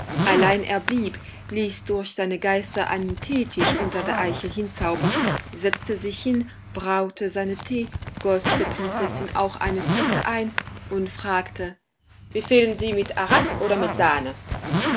allein er blieb ließ durch seine geister einen teetisch unter der eiche hinzaubern setzte sich hin braute sich tee goß der prinzessin auch eine tasse ein und fragte befehlen sie mit arak oder mit sahne